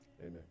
amen